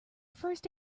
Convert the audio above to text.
first